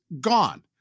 gone